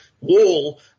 wall